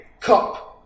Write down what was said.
cup